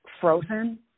frozen